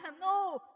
No